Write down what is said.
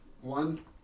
one